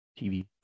TV